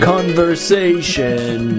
Conversation